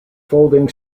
folding